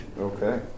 Okay